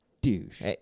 douche